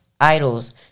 idols